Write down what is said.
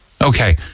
Okay